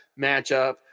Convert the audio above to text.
matchup